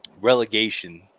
relegation